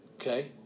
okay